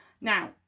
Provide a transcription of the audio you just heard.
now